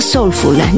Soulful